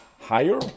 higher